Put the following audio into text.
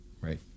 right